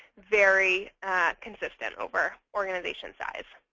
very consistent over organization size.